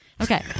Okay